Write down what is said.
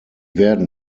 werden